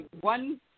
one